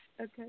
Okay